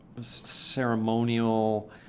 ceremonial